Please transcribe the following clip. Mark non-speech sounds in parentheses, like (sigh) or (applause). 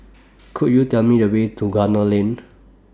(noise) Could YOU Tell Me The Way to Gunner Lane